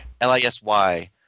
L-I-S-Y